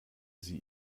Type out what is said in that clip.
sie